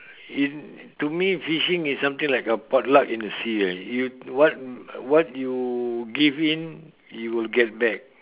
in to me fishing is something like a pot luck in the sea ah you what what you give in you will get back